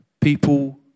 people